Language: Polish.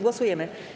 Głosujemy.